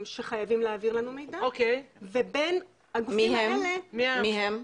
שחייבים להעביר לנו מידע ובין הגופים האלה --- מי הם?